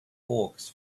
hawks